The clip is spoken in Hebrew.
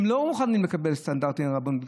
הם לא מוכנים לקבל סטנדרטים של הרבנות,